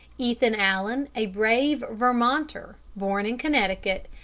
ethan allen, a brave vermonter born in connecticut,